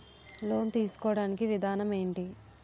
Loan తీసుకోడానికి విధానం ఏంటి?